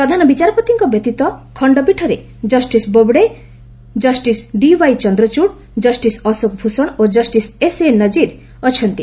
ପ୍ରଧାନ ବିଚାରପତିଙ୍କ ବ୍ୟତୀତ ଖଣ୍ଡପୀଠରେ justice Bobde justice D Y Chandrachud justice Ashok Bhushan ଓ ଜଷ୍ଟିସ୍ ଏସ୍ଏ ନକିର୍ ଅଛନ୍ତି